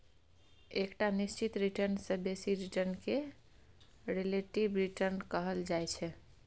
एकटा निश्चित रिटर्न सँ बेसी रिटर्न केँ रिलेटिब रिटर्न कहल जाइ छै